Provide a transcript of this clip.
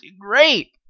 great